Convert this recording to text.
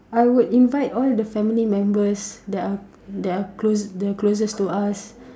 I would invite all the family members that are that are close the closest to us